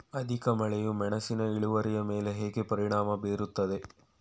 ಅಧಿಕ ಮಳೆಯು ಮೆಣಸಿನ ಇಳುವರಿಯ ಮೇಲೆ ಹೇಗೆ ಪರಿಣಾಮ ಬೀರುತ್ತದೆ?